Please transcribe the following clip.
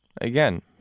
Again